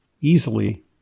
easily